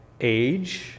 age